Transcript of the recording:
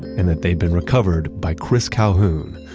and that they had been recovered by chris calhoon,